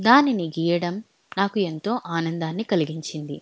దానిని గీయడం నాకు ఎంతో ఆనందాన్ని కలిగించింది